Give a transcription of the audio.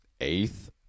eighth